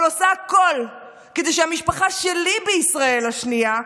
אבל עושה הכול כדי שהמשפחה שלי בישראל השנייה,